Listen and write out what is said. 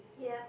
yeap